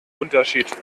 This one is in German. unterschied